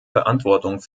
verantwortung